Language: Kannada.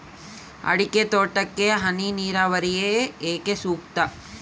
ಅಡಿಕೆ ತೋಟಕ್ಕೆ ಹನಿ ನೇರಾವರಿಯೇ ಏಕೆ ಸೂಕ್ತ?